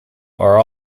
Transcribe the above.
are